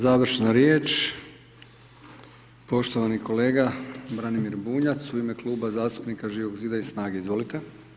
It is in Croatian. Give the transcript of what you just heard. Završna riječ, poštovani kolega Branimir Bunjac u ime Kluba zastupnika Živog zida i SNAGA-e, izvolite.